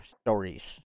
stories